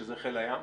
שזה חיל הים,